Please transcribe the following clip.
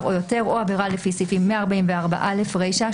או יותר או עבירה לפי סעיפים 144(א) רישה,